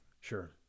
sure